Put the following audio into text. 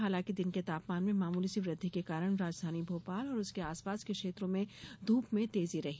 हालांकि दिन के तापमान में मामूली सी वृद्धि के कारण राजधानी भोपाल और उसके आसपास के क्षेत्रों में धप में तेजी रही